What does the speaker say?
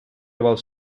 vols